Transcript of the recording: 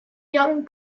young